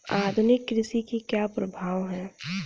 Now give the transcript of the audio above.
आधुनिक कृषि के क्या प्रभाव हैं?